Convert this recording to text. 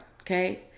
Okay